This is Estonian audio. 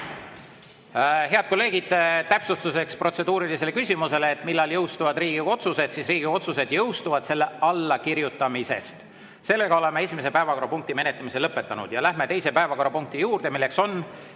Head kolleegid! Täpsustuseks protseduurilisele küsimusele, millal jõustuvad Riigikogu otsused: Riigikogu otsused jõustuvad nende allakirjutamisel. Oleme esimese päevakorrapunkti menetlemise lõpetanud. Läheme teise päevakorrapunkti juurde, milleks on